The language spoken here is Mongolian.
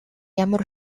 ямар